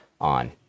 on